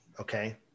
Okay